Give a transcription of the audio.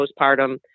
postpartum